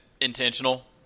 intentional